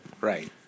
Right